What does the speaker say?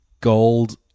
gold